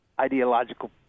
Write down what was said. ideological